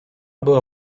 była